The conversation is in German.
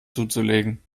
zuzulegen